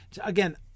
Again